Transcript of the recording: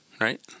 right